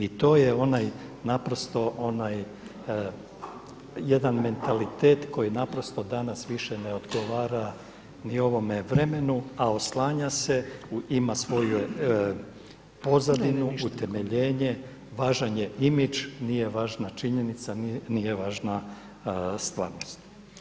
I to je onaj naprosto onaj jedan mentalitet koji naprosto danas više ne odgovara ni ovom vremenu, a oslanja se, ima svoju pozadinu, utemeljenje, važan je image, nije važna činjenica, nije važna stvarnost.